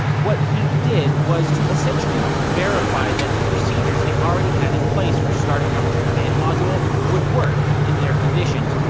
what he did was to essentially to verify that the procedures they already had in place for starting up the command module would work in their conditions.